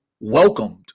welcomed